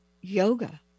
Yoga